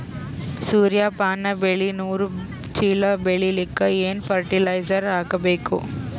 ಸೂರ್ಯಪಾನ ಬೆಳಿ ನೂರು ಚೀಳ ಬೆಳೆಲಿಕ ಏನ ಫರಟಿಲೈಜರ ಹಾಕಬೇಕು?